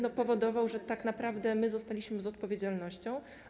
To powodowało, że tak naprawdę my zostaliśmy z odpowiedzialnością.